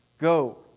Go